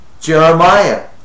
Jeremiah